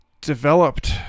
developed